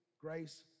grace